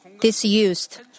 disused